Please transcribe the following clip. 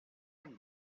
rag